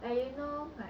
ah you know like